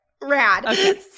rad